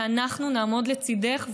ואנחנו נעמוד לצידך,